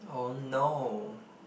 oh no